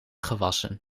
gewassen